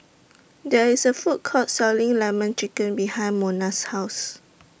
There IS A Food Court Selling Lemon Chicken behind Mona's House